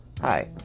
Hi